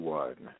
one